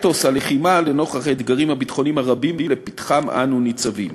אתוס הלחימה לנוכח האתגרים הביטחוניים הרבים שלפתחם אנו ניצבים.